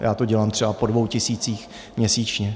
Já to dělám třeba po dvou tisících měsíčně.